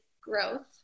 growth